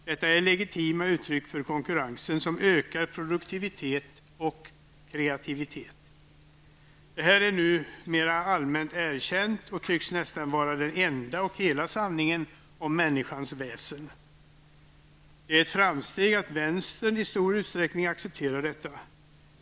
Detta är legitima uttryck för konkurrensen som ökar produktivitet och kreativitet. Detta är numera allmänt erkänt och tycks nästan vara den enda och hela sanningen om människans väsen. Det är ett framsteg att vänstern i stor utsträckning accepterar detta.